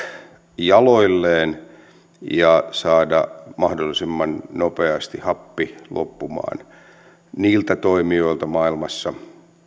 jaloilleen ja saada mahdollisimman nopeasti happi loppumaan niiltä toimijoilta maailmassa